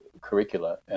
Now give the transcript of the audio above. curricula